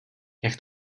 jak